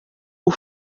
por